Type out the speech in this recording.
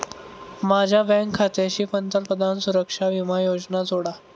माझ्या बँक खात्याशी पंतप्रधान सुरक्षा विमा योजना जोडा